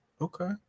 okay